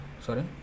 sorry